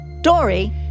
Dory